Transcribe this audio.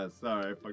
Sorry